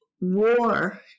war